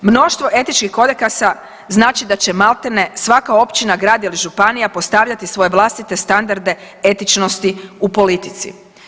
Mnoštvo etičkih kodekasa znači da će maltene svaka općina, grad ili županija postavljati svoje vlastite standarde etičnosti u politici.